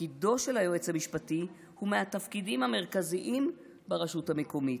תפקידו של היועץ המשפטי הוא מהתפקידים המרכזיים ברשות המקומית.